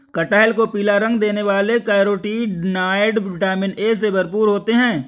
कटहल को पीला रंग देने वाले कैरोटीनॉयड, विटामिन ए से भरपूर होते हैं